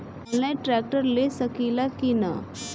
Online tractor ले सकीला कि न?